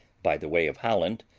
by the way of holland,